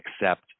accept